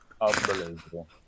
unbelievable